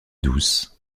douce